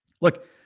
Look